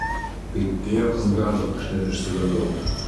kaip dėjo ant gazo aš net išsigandau